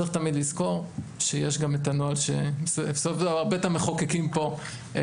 צריך תמיד לזכור שיש גם את הנוהל שבסופו של דבר בית המחוקקים פה קבע,